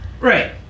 Right